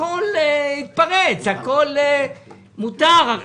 הכול התפרץ, הכול מותר.